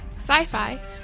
sci-fi